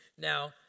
now